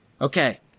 Okay